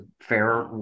fair